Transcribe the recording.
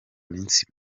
minsi